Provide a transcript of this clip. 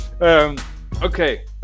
Okay